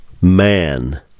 man